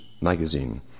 magazine